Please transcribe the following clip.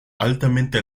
altamente